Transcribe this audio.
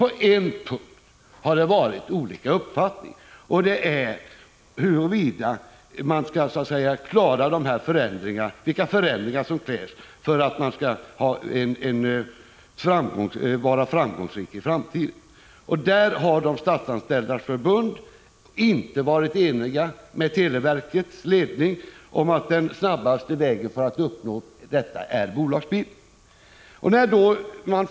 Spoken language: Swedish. På en punkt har det emellertid förelegat olika uppfattningar. Det gäller vilka förändringar som krävs för att man skall vara framgångsrik i framtiden. Statsanställdas förbund har inte varit enigt med televerkets ledning om att den snabbaste vägen för att uppnå detta är att genomföra ombildning till bolag.